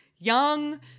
young